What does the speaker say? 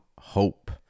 hope